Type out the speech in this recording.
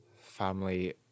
Family